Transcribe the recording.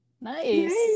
Nice